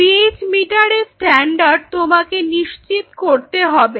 pH মিটারের standard তোমাকে নিশ্চিত করতে হবে